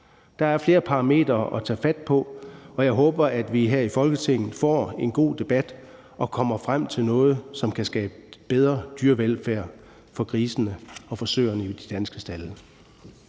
Der er flere parametre at tage fat på, og jeg håber, at vi her i Folketinget får en god debat og kommer frem til noget, som kan skabe bedre dyrevelfærd for grisene og for søerne i de danske stalde.